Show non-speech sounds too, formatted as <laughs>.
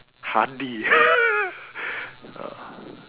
hardly <laughs> ya